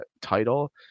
title